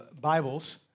Bibles